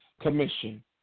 commission